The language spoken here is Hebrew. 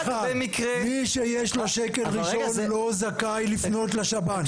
מי שיש לו שקל ראשון לא זכאי לפנות לשב"ן.